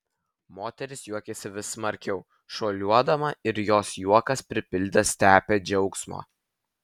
moteris juokėsi vis smarkiau šuoliuodama ir jos juokas pripildė stepę džiaugsmo